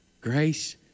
Grace